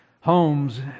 homes